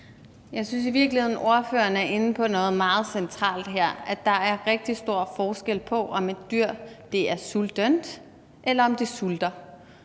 Jeg synes i virkeligheden, at spørgeren her er inde på noget meget centralt, altså at der er rigtig stor forskel på, om et dyr er sultent, eller om det sulter,